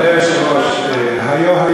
לפני פחות משנה סיפרו לנו שיש גירעון נוראי,